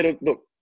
look